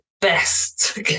best